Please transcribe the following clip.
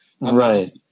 Right